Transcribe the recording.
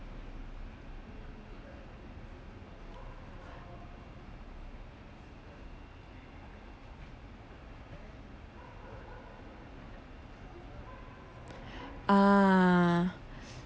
ah